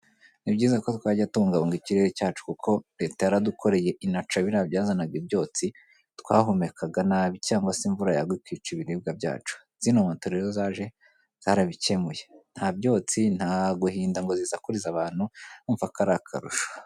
Ni byiza ko twajya tubungabunga ikirere cyacu, kuko leta yaradukoreye inaca biriya byazanaga ibyotsi twahumekaga nabi; cyangwa se imvura yagwa ikica ibiribwa byacu. Zino moto rero zaje, zarabikemuye. Ntabyotsi nta guhinda ngo zisakurize abantu urumva ko ari akarusho.